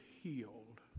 healed